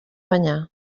banyar